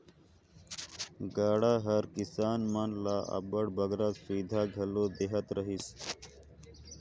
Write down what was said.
गाड़ा हर किसान मन ल अब्बड़ बगरा सुबिधा घलो देहत रहिस